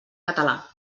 català